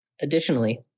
Additionally